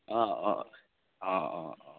অ অ অ অ অ